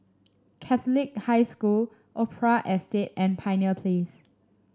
Catholic High School Opera Estate and Pioneer Place